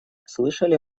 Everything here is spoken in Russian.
слышали